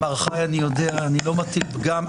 מר חי, אני יודע, אני לא מטיל פגם.